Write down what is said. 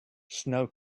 snow